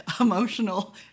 emotional